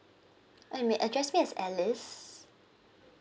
um may address me as alice